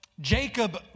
Jacob